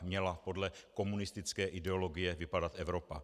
Tak měla podle komunistické ideologie vypadat Evropa.